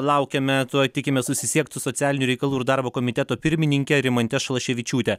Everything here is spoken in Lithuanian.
laukiame tuoj tikimės susisiekt su socialinių reikalų ir darbo komiteto pirmininke rimante šalaševičiūte